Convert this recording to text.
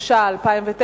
התש"ע 2009,